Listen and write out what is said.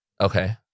Okay